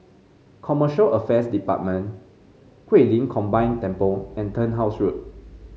Commercial Affairs Department Guilin Combine Temple and Turnhouse Road